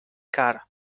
car